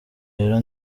rero